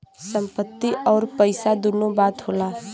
संपत्ति अउर पइसा दुन्नो बात होला